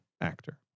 actor